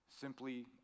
simply